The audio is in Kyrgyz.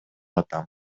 атам